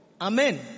Amen